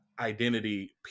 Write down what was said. Identity